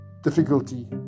Difficulty